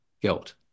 guilt